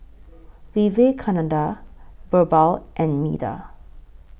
Vivekananda Birbal and Medha